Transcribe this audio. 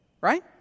right